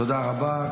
תודה רבה.